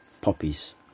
poppies